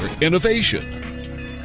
innovation